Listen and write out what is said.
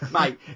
Mate